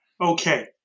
okay